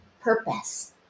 purpose